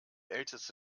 älteste